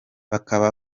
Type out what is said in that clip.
bakaba